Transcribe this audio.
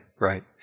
Right